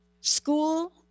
school